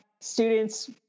students